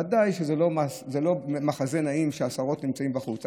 ודאי שזה לא מחזה נעים שעשרות נמצאים בחוץ,